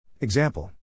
Example